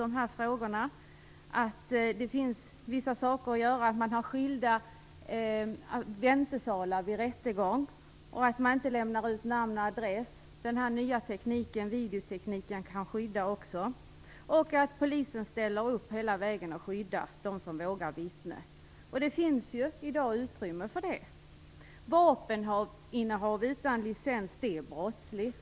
Vissa saker kan göras. T.ex. kan det handla om skilda väntesalar vid rättegång eller att namn och adress inte lämnas ut. Den nya videotekniken kan också skydda. Vidare gäller det att polisen ställer upp hela vägen och skyddar dem som vågar vittna. I dag finns det ett utrymme för detta. Vapeninnehav utan licens är brottsligt.